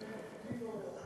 על חשבוננו.